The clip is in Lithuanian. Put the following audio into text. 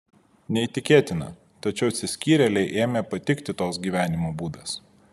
neįtikėtina tačiau atsiskyrėlei ėmė patikti toks gyvenimo būdas